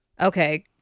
Okay